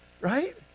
right